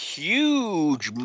huge